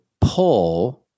pull